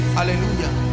Hallelujah